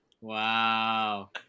Wow